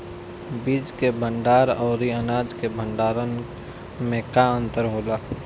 बीज के भंडार औरी अनाज के भंडारन में का अंतर होला?